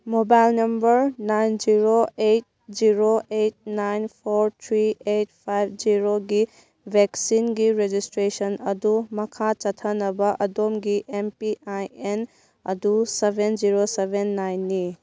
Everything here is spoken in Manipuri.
mobile number nine zero eight zero eight nine four three eight five ꯖꯦꯔꯣꯒꯤ ꯚꯦꯛꯁꯤꯟꯒꯤ ꯔꯦꯖꯤꯁꯇ꯭ꯔꯦꯁꯟ ꯑꯗꯨ ꯃꯈꯥ ꯆꯠꯊꯅꯕ ꯑꯗꯣꯝꯒꯤ ꯑꯦꯝ ꯄꯤ ꯑꯥꯏ ꯑꯦꯟ ꯑꯗꯨ ꯁꯕꯦꯟ ꯖꯤꯔꯣ ꯁꯕꯦꯟ ꯅꯥꯏꯟꯅꯤ